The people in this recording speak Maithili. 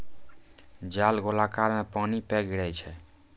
जाल गोलाकार मे पानी पे गिरै छै